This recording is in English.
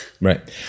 Right